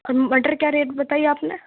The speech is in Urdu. مٹر کیا ریٹ بتائی آپ نے